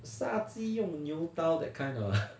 杀鸡用牛刀 that kind of